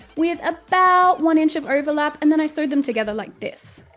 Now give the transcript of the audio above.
with about one inch of overlap, and then i sewed them together like this.